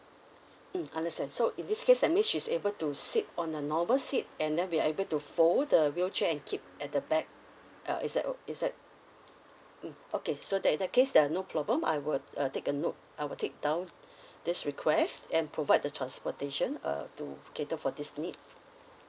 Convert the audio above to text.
mm understand so in this case I mean she's able to sit on a normal seat and then we are able to fold the wheelchair and keep at the back uh is that o~ is that mm okay so then in that case there are no problem I will uh take a note I will take down this request and provide the transportation uh to cater for this need